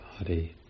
body